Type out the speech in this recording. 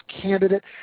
candidate